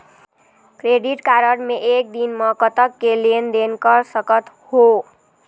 Credit card मे एक दिन म कतक के लेन देन कर सकत हो?